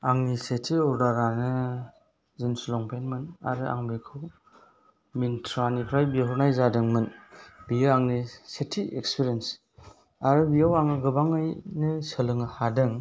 आंनि सेथि अर्डारानो जिन्स लंफेन्टमोन आरो आं बेखौ मिन्त्रानिफ्राय बिहरनाय जादोंमोन बियो आंनि सेथि एक्सपिरिएन्स आरो बेव आङो गोबाङैनो सोलों हादों